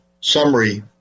summary